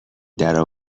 درا